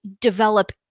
develop